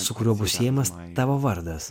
su kuriuo bus siejamas tavo vardas